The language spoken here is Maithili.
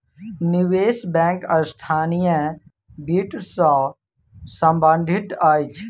निवेश बैंक संस्थानीय वित्त सॅ संबंधित अछि